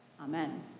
Amen